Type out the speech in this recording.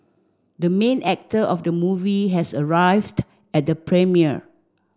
the main actor of the movie has arrived at the premiere